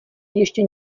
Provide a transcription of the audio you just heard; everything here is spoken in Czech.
ještě